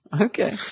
Okay